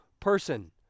person